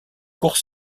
court